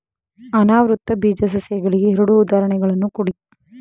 ಅನಾವೃತ ಬೀಜ ಸಸ್ಯಗಳಿಗೆ ಎರಡು ಉದಾಹರಣೆಗಳನ್ನು ಕೊಡಿ